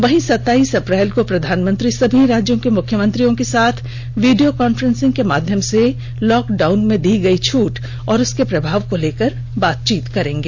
वहीं सताइस अप्रैल को प्रधानमंत्री सभी राज्यों के मुख्यमंत्रियों के साथ वीडियो कॉन्फ्रेंसिंग के माध्यम से लॉकडाउन में दी गई छूट और उसके प्रभाव को लेकर बातचीत करेंगे